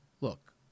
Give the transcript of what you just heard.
Look